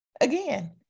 Again